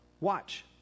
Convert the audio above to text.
watch